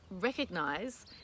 recognize